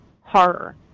horror